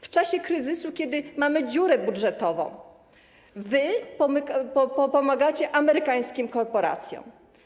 W czasie kryzysu, kiedy mamy dziurę budżetową, wy pomagacie amerykańskim korporacjom.